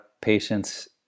patients